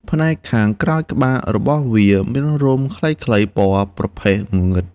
ផ្នែកខាងក្រោយក្បាលរបស់វាមានរោមខ្លីៗពណ៌ប្រផេះងងឹត។